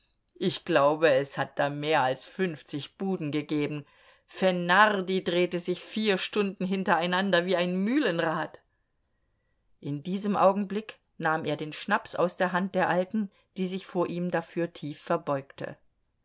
ich glaube es hat da mehr als fünfzig buden gegeben fenardi drehte sich vier stunden hintereinander wie ein mühlenrad in diesem augenblick nahm er den schnaps aus der hand der alten die sich vor ihm dafür tief verbeugte